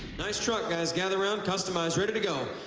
nice truck, guys, gather round. customized, ready to go.